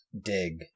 dig